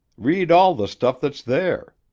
read all the stuff that's there.